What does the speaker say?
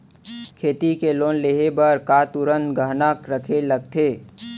खेती के लोन लेहे बर का तुरंत गहना रखे लगथे?